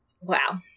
Wow